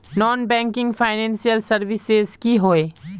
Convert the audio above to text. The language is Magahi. नॉन बैंकिंग फाइनेंशियल सर्विसेज की होय?